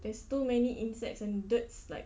there's too many insects and that's like